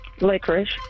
Licorice